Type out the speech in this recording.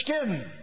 skin